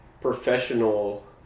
professional